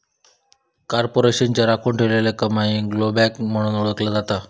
कॉर्पोरेशनच्या राखुन ठेवलेल्या कमाईक ब्लोबॅक म्हणून ओळखला जाता